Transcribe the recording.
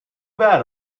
bad